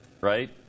right